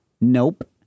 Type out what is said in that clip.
nope